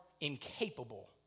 incapable